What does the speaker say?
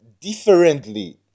differently